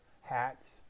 hats